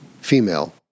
female